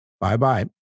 Bye-bye